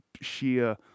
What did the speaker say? sheer